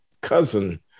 cousin